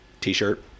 t-shirt